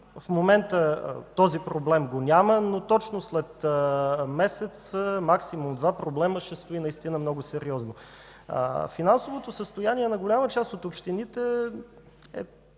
в момента този проблем го няма, но точно след месец, максимум два, проблемът ще стои наистина много сериозно. Финансовото състояние на голяма част от общините е